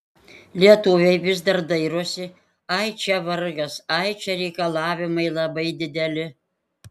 lietuviai vis dar dairosi ai čia vargas ai čia reikalavimai labai dideli